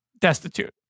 destitute